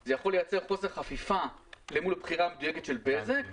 זה יכול לייצר חוסר חפיפה אל מול הבחירה המדויקת של בזק.